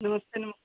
नमस्ते नमस